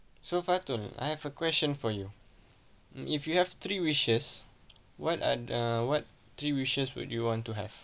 so fathul I have a question for you mm if you have three wishes what are err what three wishes would you want to have